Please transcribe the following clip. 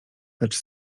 lecz